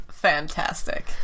fantastic